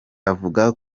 avuga